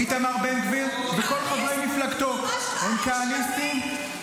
איתמר בן גביר וכל חברי מפלגתו הם כהניסטים.